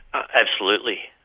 absolutely.